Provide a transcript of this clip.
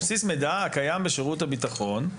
על בסיס מידע הקיים בשירות הביטחון,